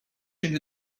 into